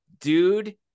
dude